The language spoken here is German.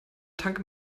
tanke